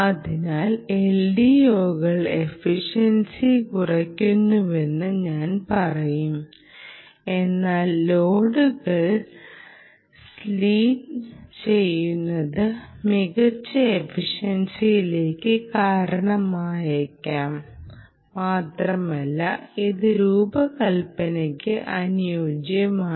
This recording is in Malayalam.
അതിനാൽ LDOകൾ എഫിഷൻസി കുറയ്ക്കുന്നുവെന്ന് ഞാൻ പറയും എന്നാൽ ലോഡുകൾ സ്പ്ലിറ്റ് ചെയ്യുന്നത് മികച്ച എഫിഷൻസിക്ക് കാരണമായേക്കാം മാത്രമല്ല ഇത് രൂപകൽപ്പനയ്ക്ക് അനുയോജ്യവുമാണ്